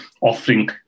offering